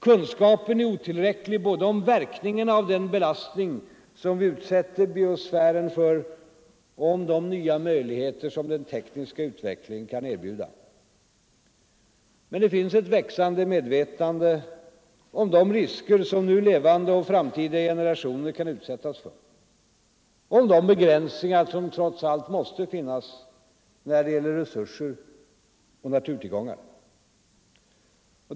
Kunskapen är otillräcklig både om verkningarna av den belastning som vi utsätter biosfären för och om de nya möjligheter som den tekniska utvecklingen kan erbjuda. Men det finns ett växande medvetande om de risker som nu levande och framtida generationer kan utsättas för, om de begränsningar som trots allt måste finnas när det gäller resurser och naturtillgångar.